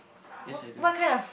yes I do